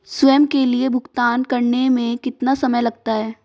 स्वयं के लिए भुगतान करने में कितना समय लगता है?